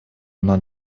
она